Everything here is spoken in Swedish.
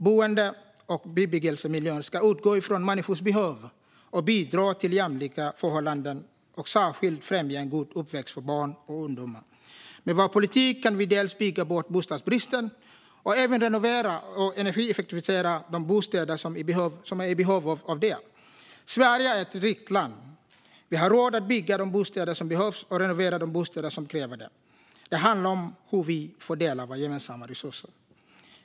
Boende och bebyggelsemiljön ska utgå från människors behov och bidra till jämlika förhållanden och särskilt främja en god uppväxt för barn och ungdomar. Med vår politik kan vi bygga bort bostadsbristen och även renovera och energieffektivisera de bostäder som är i behov av det. Sverige är ett rikt land. Vi har råd att bygga de bostäder som behövs och renovera de bostäder som kräver det. Det handlar om hur vi fördelar våra gemensamma resurser.